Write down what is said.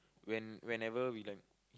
when whenever we like